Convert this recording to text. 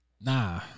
Nah